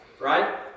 right